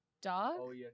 dog